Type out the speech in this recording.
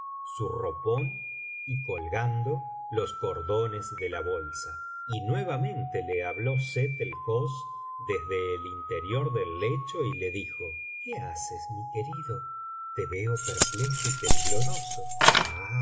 su ropón y colgando los cordones de la bolsa y nuevamente le habló sett el hosn desde el interior del lecho y le elijo que haces mi querido te veo perplejo y tembloroso ah